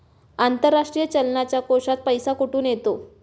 आंतरराष्ट्रीय चलनाच्या कोशात पैसा कुठून येतो?